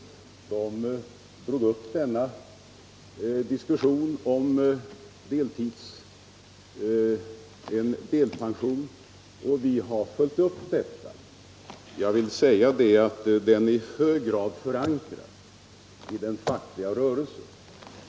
Där drogs denna diskussion upp om en delpension, och vi har följt upp detta. Förslaget är förankrat i den fackliga rörelsen.